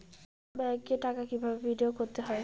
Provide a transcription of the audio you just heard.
ব্যাংকে টাকা কিভাবে বিনোয়োগ করতে হয়?